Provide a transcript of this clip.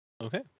Okay